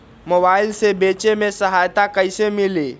Mobile से बेचे में सहायता कईसे मिली?